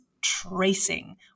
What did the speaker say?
tracing